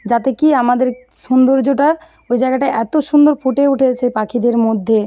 যাতে কী আমাদের সৌন্দর্যটা ওই জায়গাটা এতো সুন্দর ফুটে উঠেছে পাখিদের মধ্যে